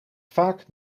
vaak